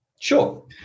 Sure